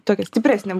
tokia stipresnė